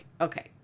Okay